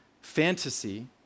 fantasy